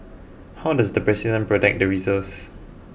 how does the president protect the reserves